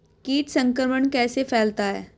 कीट संक्रमण कैसे फैलता है?